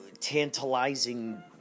tantalizing